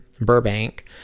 Burbank